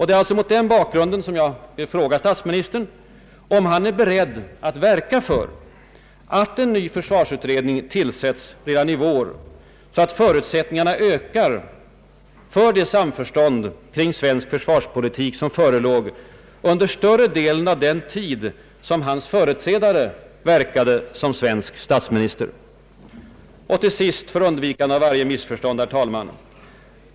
Det är alltså mot den bakgrunden som jag vill fråga statsministern, om han är beredd att verka för att en ny försvarsutredning tillsätts redan i vår så att förutsättningarna ökar för det samförstånd kring svensk försvarspolitik som förelåg under större delen av den tid som hans företrädare verkade som svensk statsminister. | Och till sist, för undvikande av varje missförstånd.